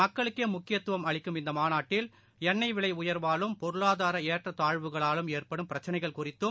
மக்களுக்கேமுக்கியத்துவம் அளிக்கும் இந்தமாநாட்டில் எண்ணெய் விலையர்வாலும் பொருளாதாரஎற்றத்தாழ்வுகளாலும் ஏற்படும் பிரச்சினைகள் குறித்தும்